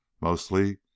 Mostly